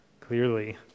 clearly